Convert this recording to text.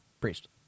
priest